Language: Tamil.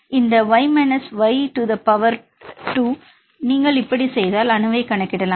இந்த y -y2 நீங்கள் இப்படி செய்தால் அணுவைக் கணக்கிடலாம்